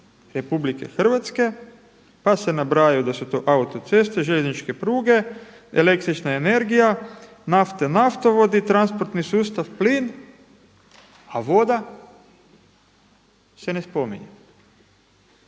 interes RH, pa se nabrajaju da su to auto ceste, željezničke pruge, električna energija, nafta, naftovodi, transportni sustav, plin a voda se ne spominje.